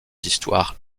histoires